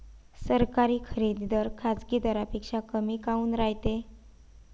सरकारी खरेदी दर खाजगी दरापेक्षा कमी काऊन रायते?